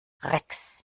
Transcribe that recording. rex